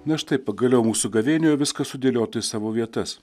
na štai pagaliau mūsų gavėnioje viskas sudėliota į savo vietas